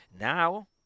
Now